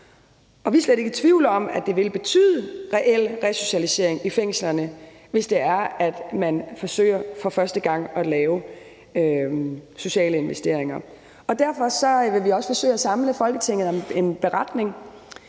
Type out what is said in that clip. Vi er slet ikke i tvivl om, at det vil betyde reel resocialisering i fængslerne, hvis det er, at man forsøger for første gang at lave sociale investeringer. Derfor vil vi også forsøge at samle Folketinget om en beretning,